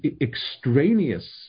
extraneous